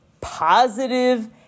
positive